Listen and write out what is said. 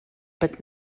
but